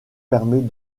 permet